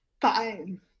fine